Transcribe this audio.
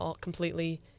completely